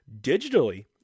Digitally